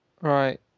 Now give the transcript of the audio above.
Right